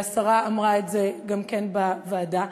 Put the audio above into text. והשרה אמרה את זה גם כן בוועדה,